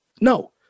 No